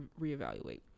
reevaluate